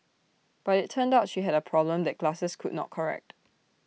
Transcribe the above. but IT turned out she had A problem that glasses could not correct